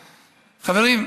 חברים,